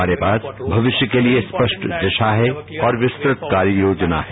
हमारे पास भविष्य के लिए स्पष्ट दिशा है और विस्तृत कार्ययोजना है